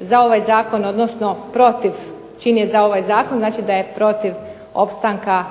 za ovaj zakon, odnosno protiv čim je za ovaj zakon, znači da je protiv opstanka